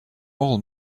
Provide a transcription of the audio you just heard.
all